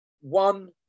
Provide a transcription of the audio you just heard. one